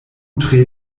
tre